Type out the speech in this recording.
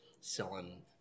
selling